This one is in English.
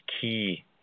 key